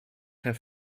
herr